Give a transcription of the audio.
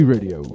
Radio